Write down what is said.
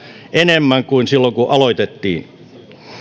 enemmän kuin silloin kun aloitettiin